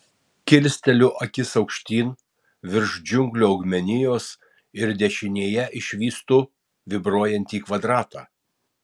kilsteliu akis aukštyn virš džiunglių augmenijos ir dešinėje išvystu vibruojantį kvadratą